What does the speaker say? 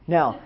Now